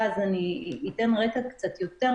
אני אומר את זה באחריות